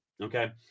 Okay